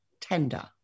tender